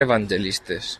evangelistes